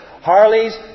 Harley's